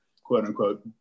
quote-unquote